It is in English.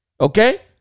okay